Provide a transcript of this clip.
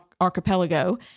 archipelago